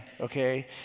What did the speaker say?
okay